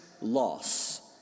loss